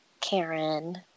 Karen